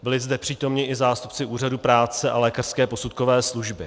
Byli zde přítomni i zástupci Úřadu práce a lékařské posudkové služby.